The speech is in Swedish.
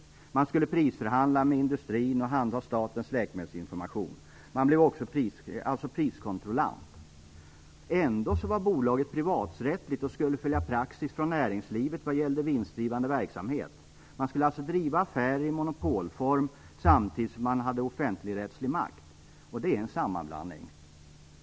Apoteksbolaget skulle prisförhandla med industrin och handha statens läkemedelsinformation. Det blev också priskontrollant. Ändå var bolaget privaträttsligt och skulle följa praxis från näringslivet vad gällde vinstdrivande verksamhet. Man skulle alltså driva affärer i monopolform samtidigt som man hade offentligrättslig makt. Det är en sammanblandning.